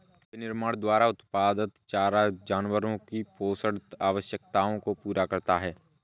विनिर्माण द्वारा उत्पादित चारा जानवरों की पोषण आवश्यकताओं को पूरा करता है